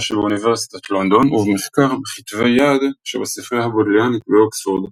שבאוניברסיטת לונדון ובמחקר בכתבי יד שבספרייה הבודליינית באוקספורד.